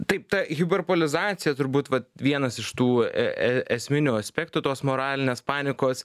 taip ta hiperbolizacija turbūt vienas iš tų e e esminių aspektų tos moralinės panikos